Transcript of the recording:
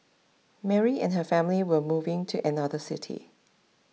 Mary and her family were moving to another city